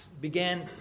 began